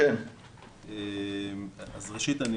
ראשית,